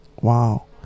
wow